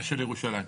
אשל ירושלים.